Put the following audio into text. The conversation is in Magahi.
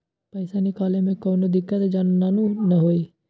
पईसा निकले में कउनो दिक़्क़त नानू न होताई?